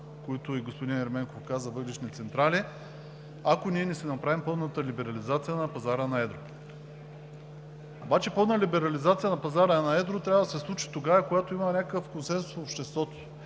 които и господин Ерменков каза – въглищни централи, ако не си направим пълната либерализация на пазара на едро. Обаче пълна либерализация на пазара на едро трябва да се случи тогава, когато има някакъв консенсус в обществото.